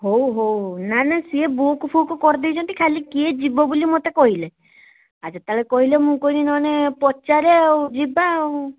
ହେଉ ହେଉ ନା ନା ସିଏ ବୁକ୍ ଫୁକ୍ କରିଦେଇଛନ୍ତି ଖାଲି କିଏ ଯିବ ବୋଲି ମୋତେ କହିଲେ ଆ ଯେତେବେଳେ କହିଲେ ମୁଁ କହିନି ନହେନେ ପଚାରେ ଆଉ ଯିବା ଆଉ